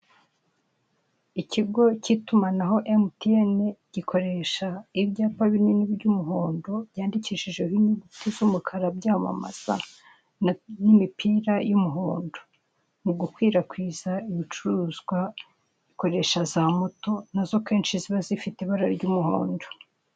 Ikigo k'itumanaho Emutiyene, gikoresha ibyapa binini by'umuhondo, byandikishije ho inyuguti z'umukara byamamaza n'imipira y'umuhondo, mu gukwirakwiza ibicuruzwa gikoresha za moto nazo kenshi ziba zifite ibara ry'umuhondo.